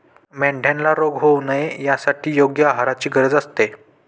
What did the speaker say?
मेंढ्यांना रोग होऊ नये यासाठी योग्य आहाराची गरज असते